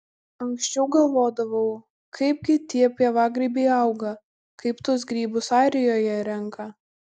anksčiau galvodavau kaipgi tie pievagrybiai auga kaip tuos grybus airijoje renka